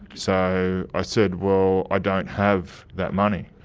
so i said, well, i don't have that money.